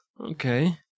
okay